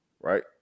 Right